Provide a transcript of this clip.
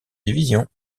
division